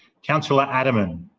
councillor adermann